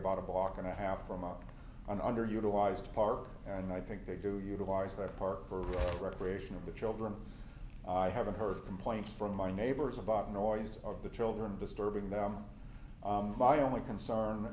about a block and a half from up an underutilized park and i think they do utilize their park for recreation of the children i haven't heard complaints from my neighbors about noise of the children disturbing them my only concern